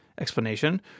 explanation